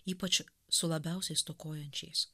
ypač su labiausiai stokojančiais